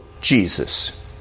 Jesus